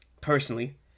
Personally